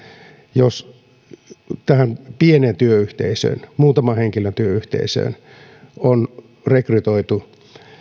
jos pieneen työyhteisöön muutaman henkilön työyhteisöön on rekrytoitu